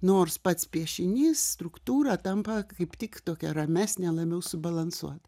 nors pats piešinys struktūra tampa kaip tik tokia ramesnė labiau subalansuota